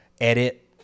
edit